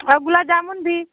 और गुलाब जामुन भी